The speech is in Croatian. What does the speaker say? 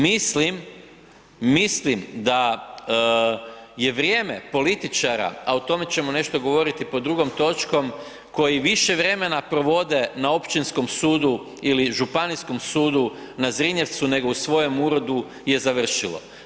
Mislim, mislim da je vrijeme političara, a o tome ćemo nešto govoriti pod drugom točkom koji više vremena provode na općinskom sudu ili županijskom sudu na Zrinjevcu nego u svojem uredu je završilo.